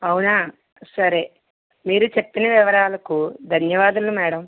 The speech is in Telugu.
అవునా సరే మీరు చెప్పిన వివరాలకు ధన్యవాదములు మేడం